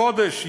חודש,